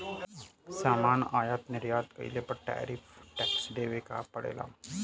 सामान आयात निर्यात कइले पर टैरिफ टैक्स देवे क पड़ेला